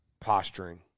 posturing